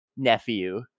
nephew